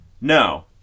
no